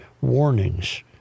warnings